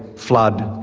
flood,